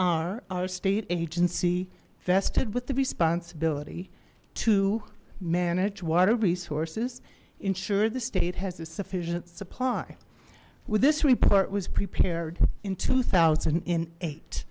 are our state agency vested with the responsibility to manage water resources ensure the state has a sufficient supply with this report was prepared in two thousand and eight